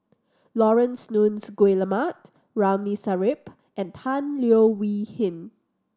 Laurence Nunns Guillemard Ramli Sarip and Tan Leo Wee Hin